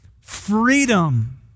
freedom